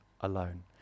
alone